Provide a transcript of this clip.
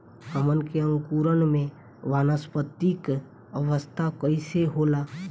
हमन के अंकुरण में वानस्पतिक अवस्था कइसे होला?